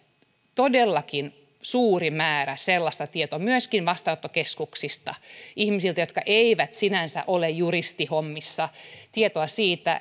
todellakin suuri määrä sellaista tietoa myöskin vastaanottokeskuksista ihmisiltä jotka eivät sinänsä ole juristihommissa